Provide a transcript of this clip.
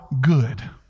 good